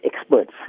experts